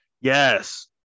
Yes